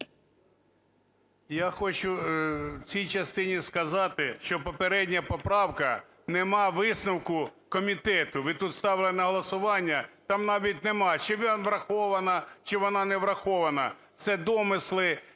Я хочу в цій частині сказати, що попередня поправка, нема висновку Комітету. Ви тут ставили на голосування. Там навіть нема, чи вона врахована, чи вона не врахована. Це домисли